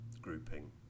grouping